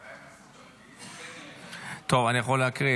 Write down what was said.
אולי הם עשו תרגיל --- טוב, אני יכול להקריא.